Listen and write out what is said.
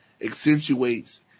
accentuates